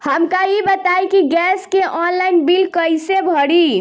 हमका ई बताई कि गैस के ऑनलाइन बिल कइसे भरी?